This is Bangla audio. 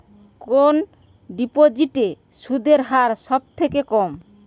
কোন ডিপোজিটে সুদের হার সবথেকে কম?